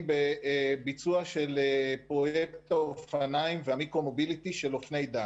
בביצוע של פרויקט האופניים והמיקרומוביליטי של אופני דן.